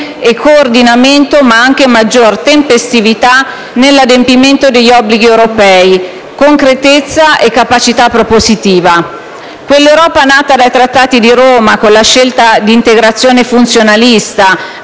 e coordinamento, ma anche maggior tempestività nell'adempimento degli obblighi europei, concretezza e capacità propositiva. Quell'Europa nata dai Trattati di Roma, con la scelta d'integrazione funzionalista,